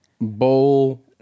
bowl